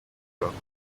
bakora